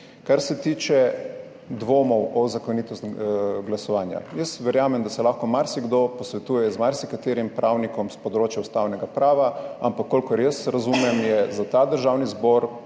Kar se tiče dvomov o zakonitosti glasovanja. Jaz verjamem, da se lahko marsikdo posvetuje z marsikaterim pravnikom s področja ustavnega prava, ampak kolikor jaz razumem, je za ta Državni zbor